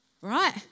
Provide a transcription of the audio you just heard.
right